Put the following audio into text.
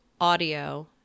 audio